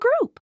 group